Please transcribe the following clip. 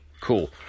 Cool